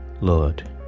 Lord